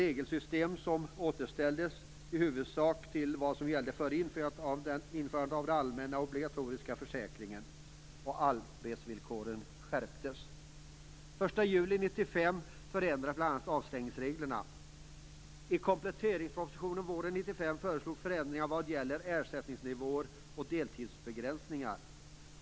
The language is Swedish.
Regelsystemet återställdes i huvudsak till vad som gällde före införandet av den allmänna obligatoriska försäkringen och arbetsvillkoren skärptes. I kompletteringspropositionen våren 1995 föreslogs förändringar när det gäller ersättningsnivåer och deltidsbegränsningar.